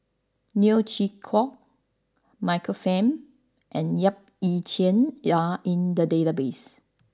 Neo Chwee Kok Michael Fam and Yap Ee Chian are in the database